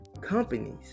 companies